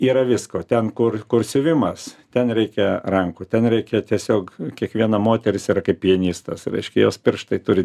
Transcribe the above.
yra visko ten kur kur siuvimas ten reikia rankų ten reikia tiesiog kiekviena moteris ir kaip pianistas reiškia jos pirštai turi